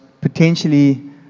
potentially